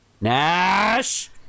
Nash